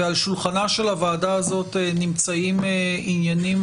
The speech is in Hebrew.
על שולחנה של הוועדה הזאת נמצאים עניינים